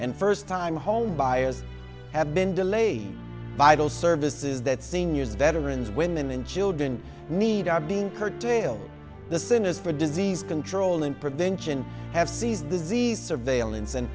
and first time homebuyers have been delayed vital services that seniors veterans women and children need are being curtailed the centers for disease control and prevention have sees disease surveillance and